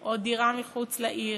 או דירה מחוץ לעיר,